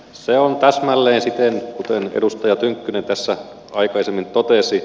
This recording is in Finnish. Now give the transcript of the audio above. se on täsmälleen siten kuten edustaja tynkkynen tässä aikaisemmin totesi